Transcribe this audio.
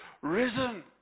risen